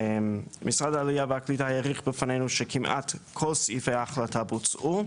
משרד העלייה והקליטה העריך בפנינו שכמעט כל סעיפי ההחלטה בוצעו.